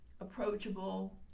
approachable